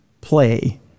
play